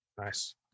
Nice